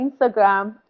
Instagram